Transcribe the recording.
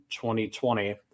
2020